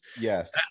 Yes